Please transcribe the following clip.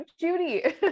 Judy